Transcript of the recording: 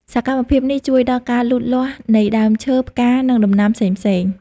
សកម្មភាពនេះជួយដល់ការលូតលាស់នៃដើមឈើ ផ្កា និងដំណាំផ្សេងៗ។